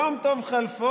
יום טוב חלפון,